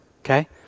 okay